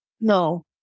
No